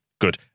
Good